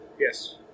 Yes